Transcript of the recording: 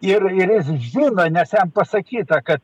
ir ir jis žino nes jam pasakyta kad